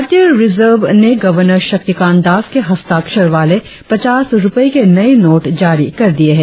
भारतीय रिजर्व ने गवर्नर शक्तिकांत दास के हस्ताक्षर वाले पचास रुपये के नये नोट जारी कर दिए है